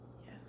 Yes